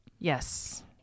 Yes